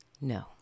No